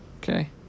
Okay